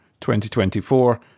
2024